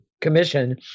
Commission